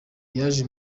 yaje